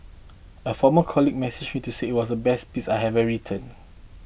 a former colleague messaged to say it was the best piece I have written